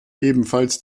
ebenfalls